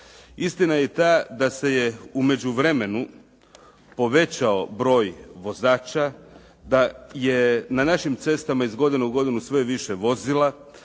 Istina je i ta da se u međuvremenu povećao broj vozača, da je na našim cestama iz godine u godinu sve više vozila,